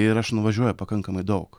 ir aš nuvažiuoju pakankamai daug